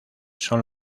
son